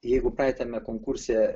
jeigu praeitame konkurse